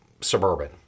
Suburban